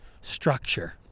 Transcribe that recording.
structure